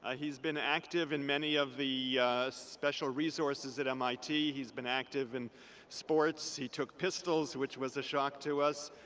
ah he's been active in many of the special resources at mit. he's been active in sports. he took pistols, which was a shock to us.